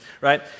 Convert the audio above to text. right